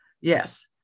Yes